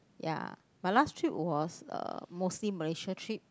ya my last trip was uh mostly Malaysia trip